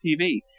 TV